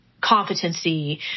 competency